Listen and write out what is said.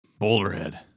Boulderhead